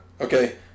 Okay